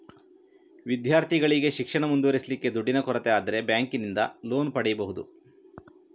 ವಿದ್ಯಾರ್ಥಿಗಳಿಗೆ ಶಿಕ್ಷಣ ಮುಂದುವರಿಸ್ಲಿಕ್ಕೆ ದುಡ್ಡಿನ ಕೊರತೆ ಆದ್ರೆ ಬ್ಯಾಂಕಿನಿಂದ ಲೋನ್ ಪಡೀಬಹುದು